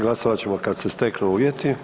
Glasovat ćemo kad se steknu uvjeti.